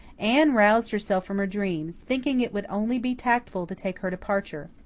anne roused herself from her dreams, thinking it would only be tactful to take her departure.